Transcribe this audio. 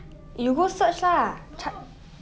you go search lah 他